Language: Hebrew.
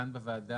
כאן בוועדה,